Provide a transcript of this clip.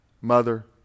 mother